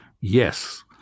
Yes